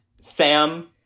Sam